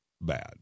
bad